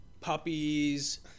Puppies